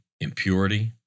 impurity